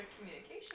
communication